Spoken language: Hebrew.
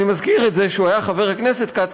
אני מזכיר את זה שהוא היה חבר הכנסת כץ,